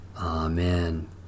Amen